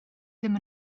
ddim